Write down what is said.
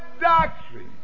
doctrine